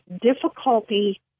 difficulty